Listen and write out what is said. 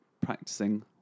practicing